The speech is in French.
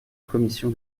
commission